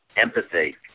empathy